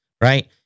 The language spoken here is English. right